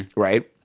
right?